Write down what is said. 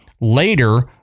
Later